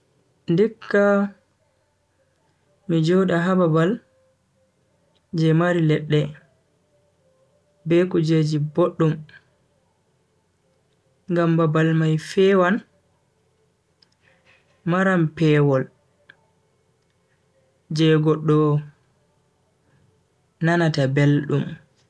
Ndikka mi joda ha babal je mari ledde be kujeji boddum. Ngam babal mai fewaan, maran pewol je goddo nanata beldum.